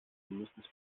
mindestens